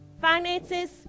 Finances